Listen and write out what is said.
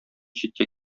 читкә